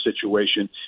situation